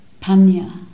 panya